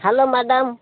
hello madam